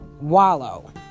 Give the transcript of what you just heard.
wallow